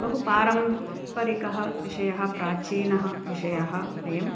बहु पारंपरिकः विषयः प्राचीनः विषयः अयम्